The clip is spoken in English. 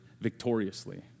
victoriously